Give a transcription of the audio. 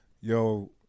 yo